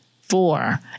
Four